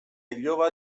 iloba